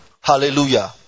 Hallelujah